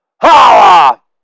Ha